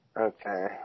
Okay